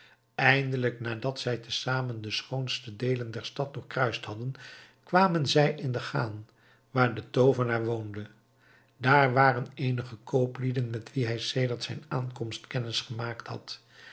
eindelijk nadat zij te zamen de schoonste deelen der stad doorkruist hadden kwamen zij in de chan waar de toovenaar woonde daar waren eenige kooplieden met wie hij sedert zijn aankomst kennis gemaakt had